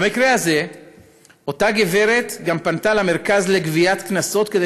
במקרה הזה אותה גברת גם פנתה למרכז לגביית קנסות כדי